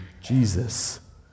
Jesus